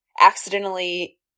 accidentally